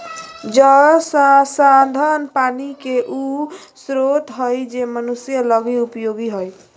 जल संसाधन पानी के उ स्रोत हइ जे मनुष्य लगी उपयोगी हइ